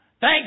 Thank